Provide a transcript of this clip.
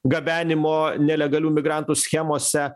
gabenimo nelegalių migrantų schemose